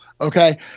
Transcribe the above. Okay